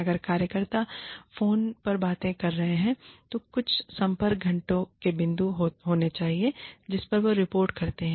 अगर कार्यकर्ता फोन पर बातें कर रहे हैं तो कुछ संपर्क घंटों के बिंदु होने चाहिए जिस पर वे रिपोर्ट करते हैं